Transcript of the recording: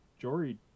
Jory